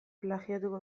plagiatuko